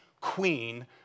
queen